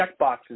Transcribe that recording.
checkboxes